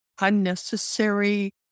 unnecessary